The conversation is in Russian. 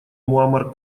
муамар